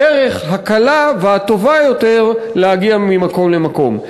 הדרך הקלה והטובה יותר להגיע ממקום למקום.